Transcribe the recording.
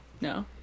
No